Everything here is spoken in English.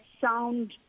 sound